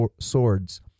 swords